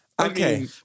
Okay